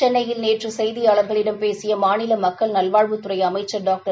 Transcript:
சென்னையில் நேற்று செய்தியாளர்களிடம் பேசிய மாநில மக்கள் நல்வாழ்வுத்துறை அமைச்சர் டாக்டர்